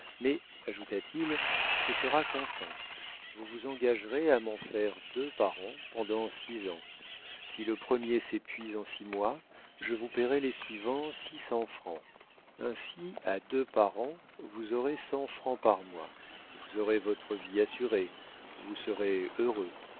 mais ajouta-t-il ce sera comptant vous vous engagerez à m'en faire deux par an pendant six ans si le premier s'épuise en six mois je vous payerai les suivants six cents francs ainsi à deux par an vous aurez cent francs par mois vous aurez votre vie assurée vous serez heureux